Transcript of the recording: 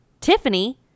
tiffany